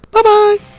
Bye-bye